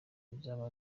bizaba